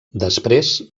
després